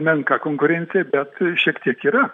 menka konkurencija bet šiek tiek yra